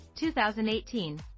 2018